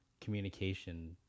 communication